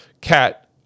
Cat